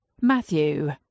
Matthew